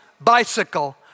bicycle